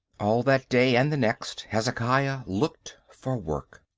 all that day and the next hezekiah looked for work.